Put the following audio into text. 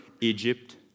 Egypt